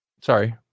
Sorry